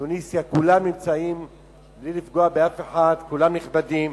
תוניסיה, בלי לפגוע באף אחד, כולם נכבדים.